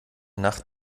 nacht